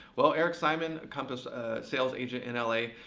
well, eric simon, a compass sales agent in l a,